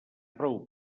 prou